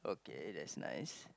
okay that's nice